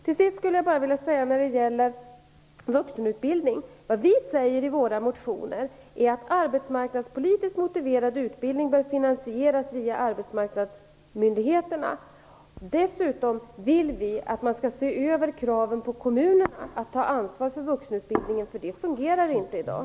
Till sist vill jag bara säga angående vuxenutbildning att det som vi säger i våra motioner är att arbetsmarknadspolitiskt motiverad utbildning bör finansieras via arbetsmarknadsmyndigheterna. Dessutom vill vi att man skall se över kraven på kommunerna när det gäller att ta ansvar för vuxenutbildningen, för det fungerar inte i dag.